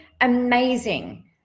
amazing